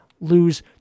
lose